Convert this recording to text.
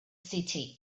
city